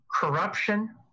corruption